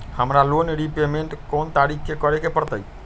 हमरा loan repayment कोन तारीख के करे के परतई?